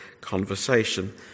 conversation